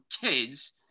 kids